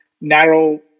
narrow